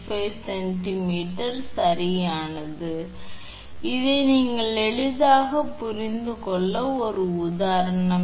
935 centimetre சரியானது சரியான நிலையை எளிதாகப் புரிந்துகொள்ள இது உதாரணம்